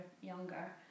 younger